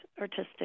artistic